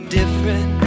different